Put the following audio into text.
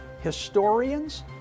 historians